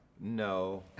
No